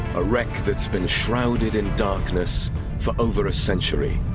a wreck that's been shrouded in darkness for over a century.